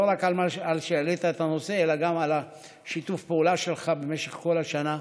לא רק על שהעלית את הנושא אלא גם על שיתוף הפעולה שלך במשך כל השנה.